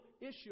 issue